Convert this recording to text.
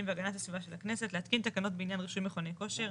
והגנת הסביבה של הכנסת להתקין תקנות בעניין רישוי מכוני כושר.